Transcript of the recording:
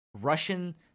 Russian